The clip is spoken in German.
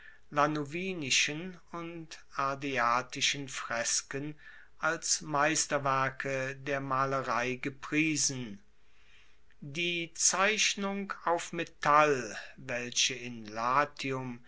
lanuvinischen und ardeatischen fresken als meisterwerke der malerei gepriesen die zeichnung auf metall welche in latium